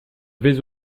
vais